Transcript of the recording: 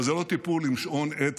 אבל זה לא טיפול עם שעון עצר,